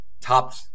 top